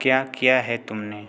क्या किया है तुमने